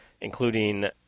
including